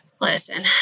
listen